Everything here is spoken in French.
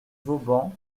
vauban